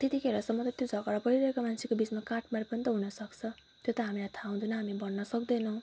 त्यतिखेरसम्म त त्यो झगडा परिरहेको मान्छेको बिचमा काट मार पनि त हुनसक्छ त्यो त हामीलाई थाहा हुँदैन हामी भन्न सक्दैनौँ